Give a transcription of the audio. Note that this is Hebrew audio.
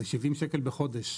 זה 70 ₪ בחודש,